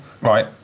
Right